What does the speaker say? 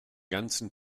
ganzen